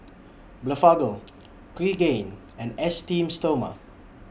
Blephagel Pregain and Esteem Stoma